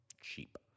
cheap